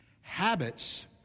Habits